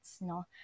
no